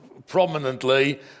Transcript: prominently